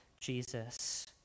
Jesus